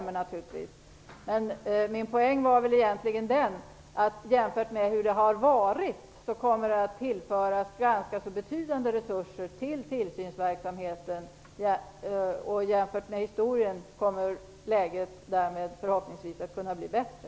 Men min poäng var den att jämfört med hur det har varit kommer det att tillföras ganska betydande resurser till tillsynsverksamheten. Jämfört med historien kommer läget därmed förhoppningsvis att kunna bli bättre.